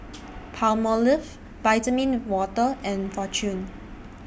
Palmolive Vitamin Water and Fortune